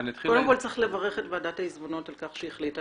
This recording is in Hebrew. קודם כל צריך לברך את ועדת העיזבונות על כך שהחליטה